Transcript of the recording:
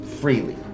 freely